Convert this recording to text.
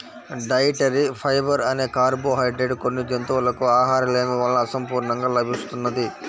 dietary fibre అనే carbohydrate కొన్ని జంతువులకు ఆహారలేమి వలన అసంపూర్ణంగా లభిస్తున్నది